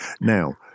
Now